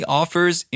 offers